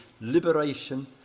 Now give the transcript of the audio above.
liberation